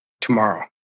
tomorrow